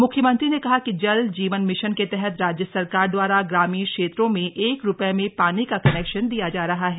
मुख्यमंत्री ने कहा कि जल जीवन मिशन के तहत राज्य सरकार द्वारा ग्रामीण क्षेत्रों में एक रुपये में पानी का कनेक्शन दिया जा रहा है